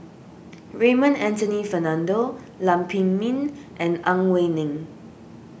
Raymond Anthony Fernando Lam Pin Min and Ang Wei Neng